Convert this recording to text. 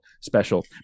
special